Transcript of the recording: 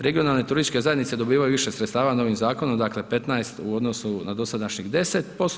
Regionalne turističke zajednice dobivaju više sredstava novim zakonom, dakle 15% u odnosu na dosadašnjih 10%